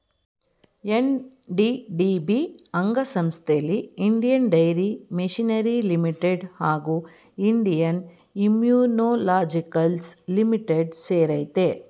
NDDB ಅಂಗಸಂಸ್ಥೆಲಿ Indian dairy machinery limited ಹಾಗೂ Indian immunologicals limited ಸೇರಯ್ತೆ